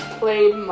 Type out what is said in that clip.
played